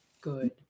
Good